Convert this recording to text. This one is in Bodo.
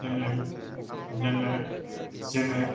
जोङो